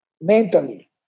mentally